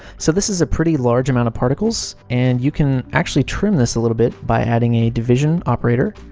so this is a pretty large amount of particles, and you can actually trim this a little bit by adding a division operator,